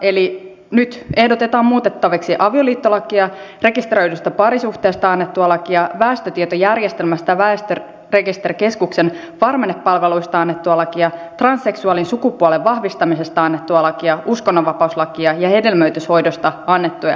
eli nyt ehdotetaan muutettaviksi avioliittolakia rekisteröidystä parisuhteesta annettua lakia väestötietojärjestelmästä ja väestörekisterikeskuksen varmennepalveluista annettua lakia transseksuaalin sukupuolen vahvistamisesta annettua lakia uskonnonvapauslakia ja hedelmöityshoidoista annettua lakia